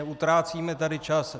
Utrácíme tady čas.